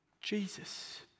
Jesus